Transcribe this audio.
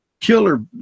killer